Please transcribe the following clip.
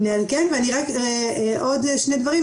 ורק עוד שני דברים.